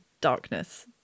darkness